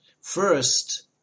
First